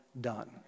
done